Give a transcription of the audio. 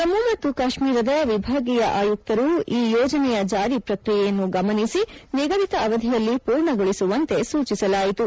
ಜಮ್ಮು ಮತ್ತು ಕಾಶ್ಮೀರದ ವಿಭಾಗೀಯ ಆಯುಕ್ತರು ಈ ಯೋಜನೆಯ ಜಾರಿ ಪ್ರಕ್ರಿಯೆಯನ್ನು ಗಮನಿಸಿ ನಿಗದಿತ ಅವಧಿಯಲ್ಲಿ ಪೂರ್ಣಗೊಳಿಸುವಂತೆ ಸೂಚಿಸಲಾಯಿತು